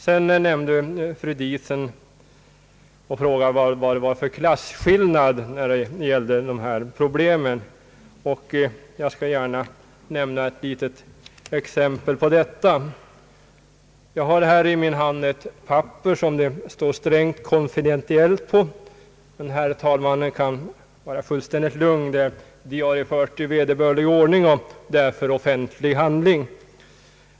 Sedan frågade fru Diesen vad det var för klasskillnad här, och jag skall gärna lämna ett litet exempel på detta. Jag har i min hand ett dokument som det står »strängt konfidentiellt» på. Herr talmannen kan dock vara fullständigt lugn, ty vi har fått det i vederbörlig ordning, och det är därför en offentlig handling.